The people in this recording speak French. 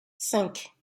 cinq